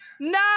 No